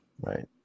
Right